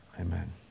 Amen